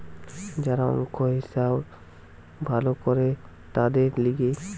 যারা অংক, হিসাব ভালো করে তাদের লিগে